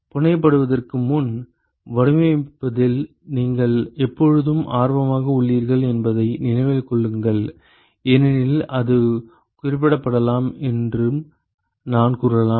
புனையப்படுவதற்கு முன் வடிவமைப்பதில் நீங்கள் எப்பொழுதும் ஆர்வமாக உள்ளீர்கள் என்பதை நினைவில் கொள்ளுங்கள் ஏனெனில் அது குறிப்பிடப்படலாம் என்று நான் கூறலாம்